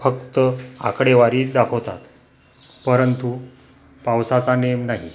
फक्त आकडेवारी दाखवतात परंतु पावसाचा नेम नाही